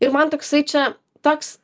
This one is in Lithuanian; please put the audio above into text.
ir man toksai čia toks